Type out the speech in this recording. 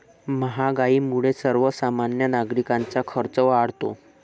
महागाईमुळे सर्वसामान्य नागरिकांचा खर्च वाढतो